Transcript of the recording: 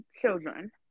children